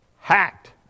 hacked